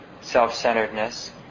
self-centeredness